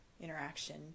interaction